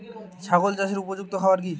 ছাগল চাষের উপযুক্ত খাবার কি কি?